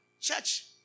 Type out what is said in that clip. Church